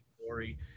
glory